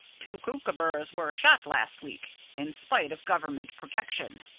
two kookooburras were shot last week, in spite of government protection.